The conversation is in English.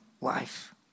life